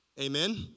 Amen